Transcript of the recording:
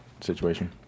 situation